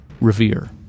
Revere